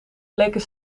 leken